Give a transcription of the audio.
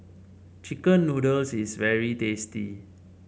chicken noodles is very tasty